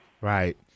Right